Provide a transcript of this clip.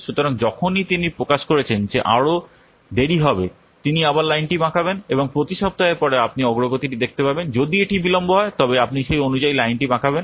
সুতরাং যখনই তিনি প্রকাশ করেছেন যে আরও দেরি হবে তিনি আবার লাইনটি বাঁকাবেন এবং প্রতি সপ্তাহের পরে আপনি অগ্রগতিটি দেখতে পাবেন যদি এটি বিলম্ব হয় তবে আপনি সেই অনুযায়ী লাইনটি বাঁকাবেন